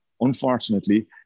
unfortunately